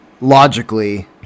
logically